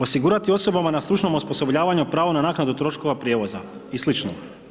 Osigurati osobama na stručnom osposobljavanju pravo na naknadu troškova prijevoza i slično.